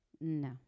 No